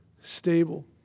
stable